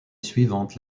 suivante